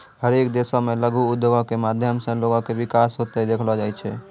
हरेक देशो मे लघु उद्योगो के माध्यम से लोगो के विकास होते देखलो जाय छै